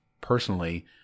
personally